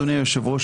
אדוני היושב-ראש,